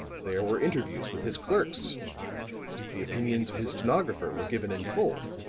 there were interviews with his clerks the opinions of his stenographer were given in full,